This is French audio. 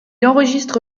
enregistre